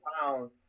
pounds